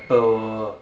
pepper